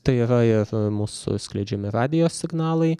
tai yra ir mūsų skleidžiami radijo signalai